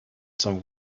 some